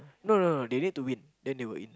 no no no they need to win then they will in